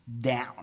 down